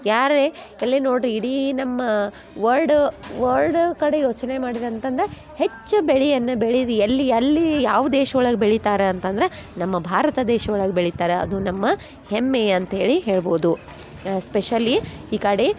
ಯಾರೇ ಎಲ್ಲಿ ನೋಡ್ರಿ ಇಡೀ ನಮ್ಮ ವರ್ಲ್ಡ್ ವರ್ಲ್ಡ್ ಕಡೆ ಯೋಚನೆ ಮಾಡಿದ ಅಂತಂದ್ರೆ ಹೆಚ್ಚು ಬೆಳಿಯನ್ನ ಬೆಳೆವಿ ಎಲ್ಲಿ ಎಲ್ಲಿ ಯಾವ ದೇಶ ಒಳಗೆ ಬೆಳಿತಾರೆ ಅಂತಂದ್ರೆ ನಮ್ಮ ಭಾರತ ದೇಶ ಒಳಗೆ ಬೆಳಿತಾರ ಅದು ನಮ್ಮ ಹೆಮ್ಮೆ ಅಂತ್ಹೇಳಿ ಹೇಳ್ಬೋದು ಸ್ಪೆಷಲಿ ಈ ಕಡೆ